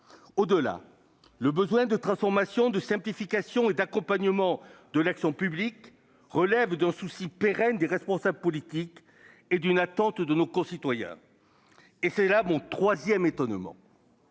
Au-delà, le besoin de transformation, de simplification et d'accompagnement de l'action publique relève d'une préoccupation pérenne des responsables politiques et d'une attente de nos concitoyens. J'en arrive ainsi à mon troisième motif d'étonnement,